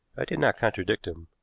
i did not contradict him,